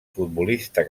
futbolista